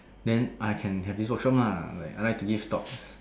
then I can have this workshop lah like I like to give talks